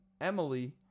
Emily